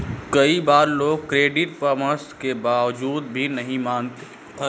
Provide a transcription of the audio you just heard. कई बार लोग क्रेडिट परामर्श के बावजूद भी नहीं मानते हैं